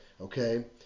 Okay